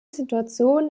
situation